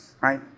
right